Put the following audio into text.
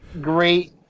great